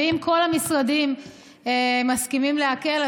ואם כל המשרדים מסכימים להקל,